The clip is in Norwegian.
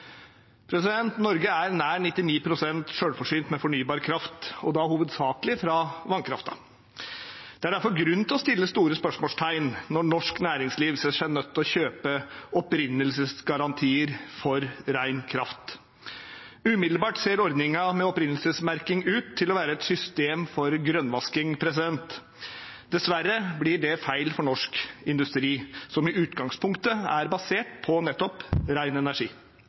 Norge er nær 99 pst. selvforsynt med fornybar kraft, og da hovedsakelig fra vannkraften. Det er derfor grunn til å sette store spørsmålstegn når norsk næringsliv ser seg nødt til å kjøpe opprinnelsesgarantier for ren kraft. Umiddelbart ser ordningen med opprinnelsesmerking ut til å være et system for grønnvasking. Dessverre blir det feil for norsk industri, som i utgangspunktet er basert på nettopp ren energi.